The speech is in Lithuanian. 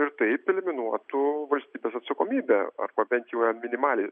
ir taip eliminuotų valstybės atsakomybę arba bent ją minimaliai